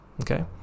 okay